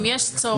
אם יש צורך.